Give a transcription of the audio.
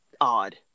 odd